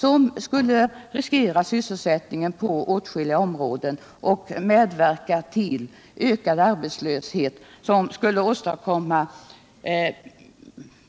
Detta skulle riskera sysselsättningen på åtskilliga områden och medverka till ökad arbetslöshet, som skulle skapa